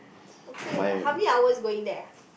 okay what how many hours going there ah